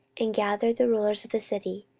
and gathered the rulers of the city,